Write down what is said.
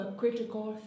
critical